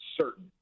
certain